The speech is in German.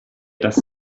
das